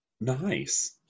Nice